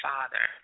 Father